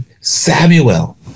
Samuel